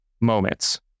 moments